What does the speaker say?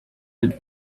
with